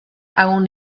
awn